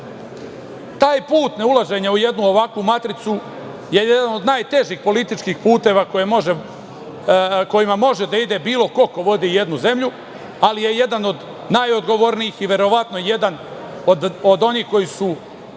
Taj put ne ulaženja u jednu ovakvu matricu je jedan od najtežih političkih puteva kojima može da ide bilo ko ko vodi jednu zemlju, ali je jedan od najodgovornijih i verovatno jedan od onih koji su